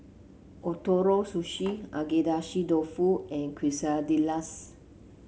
Ootoro Sushi Agedashi Dofu and Quesadillas